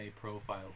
profile